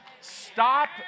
Stop